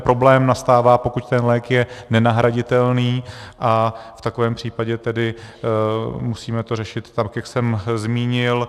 Problém nastává, pokud ten lék je nenahraditelný, a v takovém případě tedy musíme to řešit tak, jak jsem zmínil.